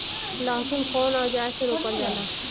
लहसुन कउन औजार से रोपल जाला?